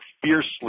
fiercely